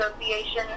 Association